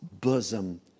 bosom